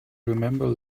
remember